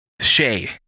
Shay